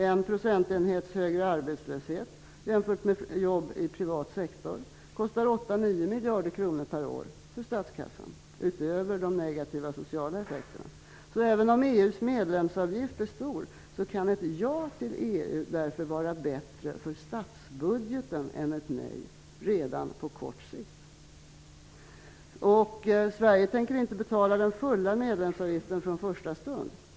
En procentenhets högre arbetslöshet jämfört med jobb i privat sektor kostar 8--9 miljarder kronor per år för statskassan, utöver de negativa sociala kostnaderna. Så även om EU:s medlemsavgift är hög kan ett ja till EU därför redan på kort sikt vara bättre för statsbudgeten än ett nej. Sverige tänker inte betala den fulla medlemsavgiften från första stund.